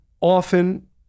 often